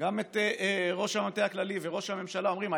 גם את ראש המטה הכללי וראש הממשלה אומרים,